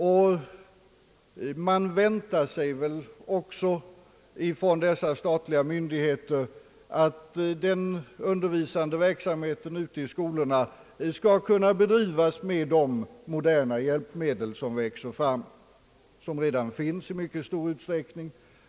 Dessa statliga myndigheter väntar sig väl också att den undervisande verksamheten ute i skolorna skall kunna bedrivas med de moderna hjälpmedel som växer fram och som redan finns i mycket stor utsträckning.